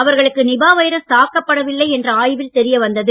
அவர்களுக்கு Nipah virus தாக்கப்படவில்லை என்று ஆய்வில் தெரிய வந்தது